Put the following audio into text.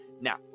now